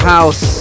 House